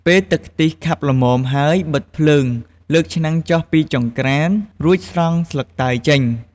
ពេលទឹកខ្ទិះខាប់ល្មមហើយ បិទភ្លើង លើកឆ្នាំងចុះពីចង្ក្រាន រួចស្រង់ស្លឹកតើយចេញ។